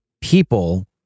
people